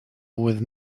with